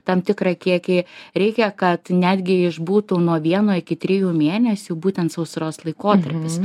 tam tikrą kiekį reikia kad netgi išbūtų nuo vieno iki trijų mėnesių būtent sausros laikotarpis